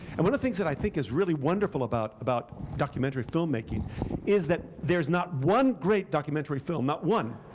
and one of the things that i think is really wonderful about about documentary filmmaking is that there's not one great documentary film, not one,